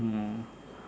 hmm